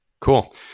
Cool